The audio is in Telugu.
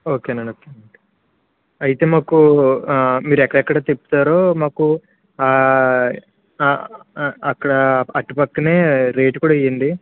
ఓకే అండి ఓకే అండి అయితే మాకు మీరు ఎక్కడెక్కడ తిప్పుతారో మాకు అక్కడ అటు పక్కనే రేటు కూడా ఇవ్వండి